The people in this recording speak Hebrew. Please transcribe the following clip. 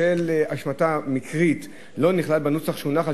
בשל השמטה מקרית לא נכלל בנוסח שהונח על